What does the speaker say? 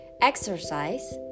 exercise